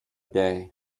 day